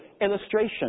illustration